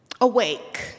awake